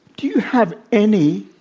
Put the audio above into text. do you have any